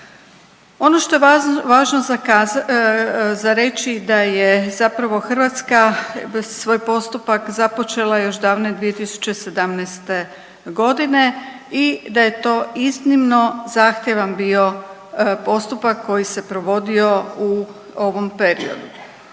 Ono što je važno za reći da je zapravo Hrvatska svoj postupak započela još davne 2017.g. i da je to iznimno zahtjevan bio postupak koji se provodio u ovom periodu.